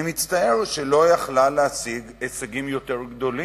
אני מצטער שהיא לא היתה יכולה להשיג הישגים יותר גדולים.